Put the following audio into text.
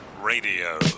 Radio